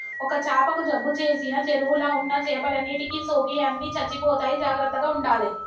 ఒక్క చాపకు జబ్బు చేసిన చెరువుల ఉన్న చేపలన్నిటికి సోకి అన్ని చచ్చిపోతాయి జాగ్రత్తగ ఉండాలే